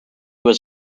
was